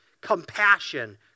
compassion